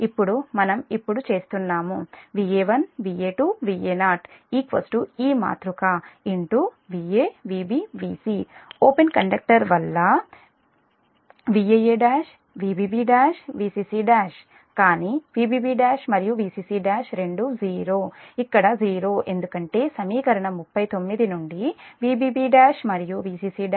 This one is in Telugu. ఇప్పుడు మనం ఇప్పుడు చేస్తున్నాముVa1 Va2 Va0 ఈ మాతృక Va Vb Vc open conductor వల్ల Vaa1 Vbb1 Vcc1 కానీ Vbb1 మరియు Vcc1 రెండూ 0 ఇక్కడ 0 ఎందుకంటే సమీకరణం 39 నుండి Vbb1 మరియు Vcc1 0